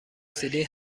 سیلین